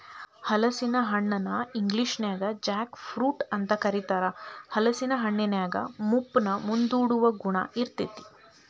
ಹಲಸಿನ ಹಣ್ಣನ ಇಂಗ್ಲೇಷನ್ಯಾಗ ಜಾಕ್ ಫ್ರೂಟ್ ಅಂತ ಕರೇತಾರ, ಹಲೇಸಿನ ಹಣ್ಣಿನ್ಯಾಗ ಮುಪ್ಪನ್ನ ಮುಂದೂಡುವ ಗುಣ ಇರ್ತೇತಿ